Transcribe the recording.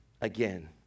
again